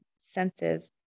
senses